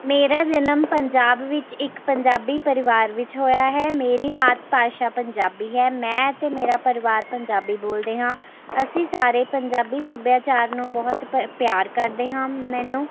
ਮੇਰਾ ਜਨਮ ਪੰਜਾਬ ਵਿੱਚ ਇੱਕ ਪੰਜਾਬੀ ਪਰਿਵਾਰ ਵਿੱਚ ਹੋਇਆ ਹੈ ਮੇਰੀ ਮਾਤ ਭਾਸ਼ਾ ਪੰਜਾਬੀ ਹੈ ਮੈਂ ਅਤੇ ਮੇਰਾ ਪਰਿਵਾਰ ਪੰਜਾਬੀ ਬੋਲਦੇ ਹਾਂ ਅਸੀਂ ਸਾਰੇ ਪੰਜਾਬੀ ਸੱਭਿਆਚਾਰ ਨੂੰ ਬਹੁਤ ਪ ਪਿਆਰ ਕਰਦੇ ਹਾਂ ਮੈਨੂੰ